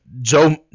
Joe